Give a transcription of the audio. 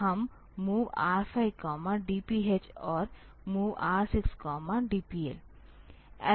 तो हम MOV R5 DPH और MOV R6 DPL